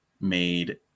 made